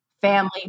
family